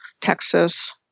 Texas